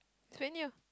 it's very new